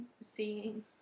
seeing